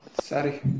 Sorry